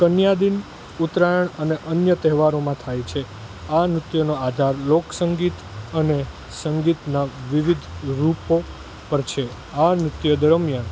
કન્યા દિન ઉત્તરાયણ અને અન્ય તહેવારોમાં થાય છે આ નૃત્યનો આધાર લોક સંગીત અને સંગીતના વિવિધ રૂપો પર છે આ નૃત્ય દરમ્યાન